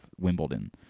Wimbledon